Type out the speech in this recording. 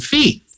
Feet